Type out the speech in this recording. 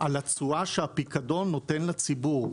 על התשואה שהפיקדון נותן לציבור.